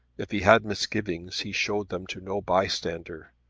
if he had misgivings he showed them to no bystander.